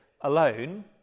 alone